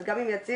אז גם עם יציבו